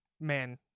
Man